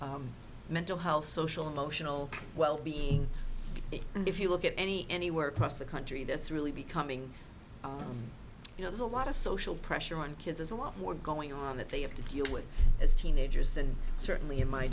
mental health social emotional wellbeing and if you look at any anywhere pasta country that's really becoming you know there's a lot of social pressure on kids is a lot more going on that they have to deal with as teenagers than certainly in my